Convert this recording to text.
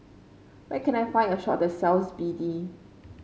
where can I find a shop that sells B D